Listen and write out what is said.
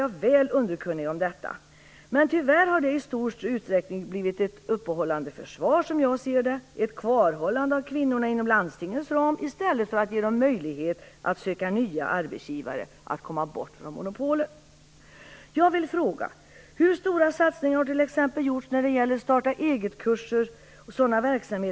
Tyvärr har dessa, som jag ser det, i stor utsträckning blivit ett uppehållande försvar, ett kvarhållande av kvinnorna inom landstingens ram i stället för att ge dem möjlighet att söka nya arbetsgivare, att komma bort från monopolen.